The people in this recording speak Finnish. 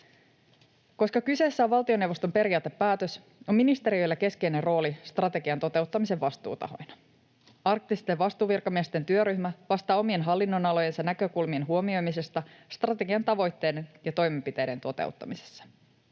Koska kyseessä on valtioneuvoston periaatepäätös, on ministeriöillä keskeinen rooli strategian toteuttamisen vastuutahoina. Arktisten vastuuvirkamiesten työryhmä vastaa omien hallinnonalojensa näkökulmien huomioimisesta strategian tavoitteiden ja toimenpiteiden toteuttamisessa.